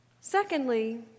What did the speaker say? Secondly